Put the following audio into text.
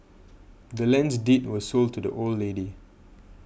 the land's deed was sold to the old lady